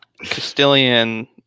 Castilian